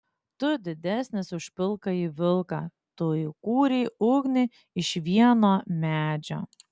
tu didesnis už pilkąjį vilką tu įkūrei ugnį iš vieno medžio